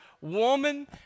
woman